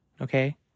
okay